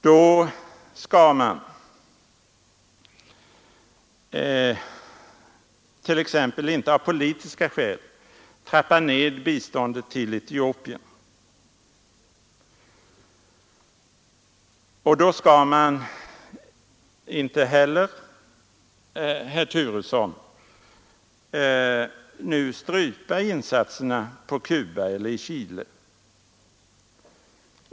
Då skall man t.ex. inte av politiska skäl trappa ned biståndet till Etiopien. Och då skall man inte heller, herr Turesson, strypa insatserna på Cuba eller i Chile.